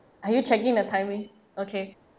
are you checking the time width okay